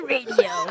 Radio